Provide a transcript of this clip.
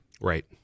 Right